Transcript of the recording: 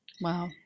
Wow